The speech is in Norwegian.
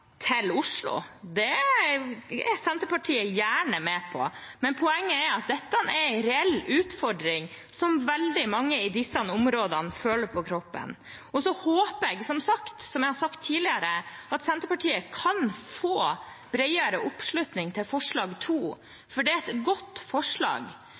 til Oslo. Det er Senterpartiet gjerne med på, men poenget er at dette er en reell utfordring som veldig mange i disse områdene føler på kroppen. Jeg håper, som jeg har sagt tidligere, at Senterpartiet kan få bredere oppslutning om forslag nr. 2, for det er et godt forslag